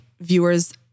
viewers